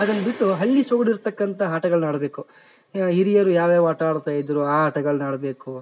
ಅದನ್ನ ಬಿಟ್ಟು ಹಳ್ಳಿ ಸೊಗ್ಡಿರ್ತಕ್ಕಂಥ ಆಟಗಳನ್ನ ಆಡಬೇಕು ಹಿರಿಯರು ಯಾವ್ಯಾವ ಆಟ ಆಡ್ತಾ ಇದ್ದರು ಆ ಆಟಗಳನ್ನ ಆಡಬೇಕು